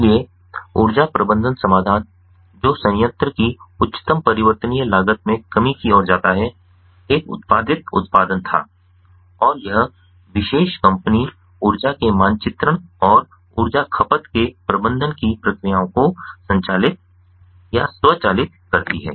इसलिए ऊर्जा प्रबंधन समाधान जो संयंत्र की उच्चतम परिवर्तनीय लागत में कमी की ओर जाता है एक उत्पादित उत्पादन था और यह विशेष कंपनी ऊर्जा के मानचित्रण और ऊर्जा खपत के प्रबंधन की प्रक्रियाओं को स्वचालित करती है